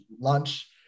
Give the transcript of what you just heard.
lunch